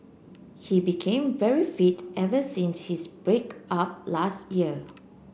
he became very fit ever since his break up last year